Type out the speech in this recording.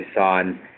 on